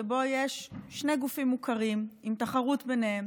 שבו יש שני גופים מוכרים עם תחרות ביניהם.